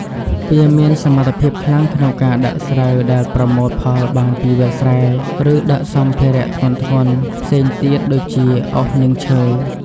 វាមានសមត្ថភាពខ្លាំងក្នុងការដឹកស្រូវដែលប្រមូលផលបានពីវាលស្រែ ឬដឹកសម្ភារៈធ្ងន់ៗផ្សេងទៀតដូចជាអុស និងឈើ។